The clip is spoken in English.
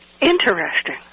Interesting